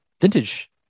vintage